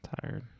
Tired